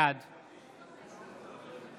בעד